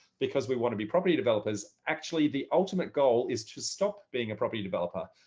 because we want to be property developers actually the ultimate goal is to stop being a property developer.